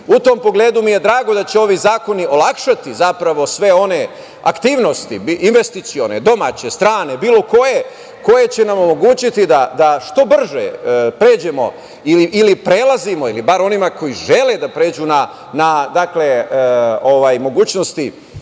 tom pogledu mi je drago da će ovi zakoni olakšati zapravo sve one investicione aktivnosti, domaće, strane, bilo koje, koje će nam omogućiti da što brže pređemo ili prelazimo ili bar onima koji žele da pređu na mogućnosti